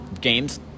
games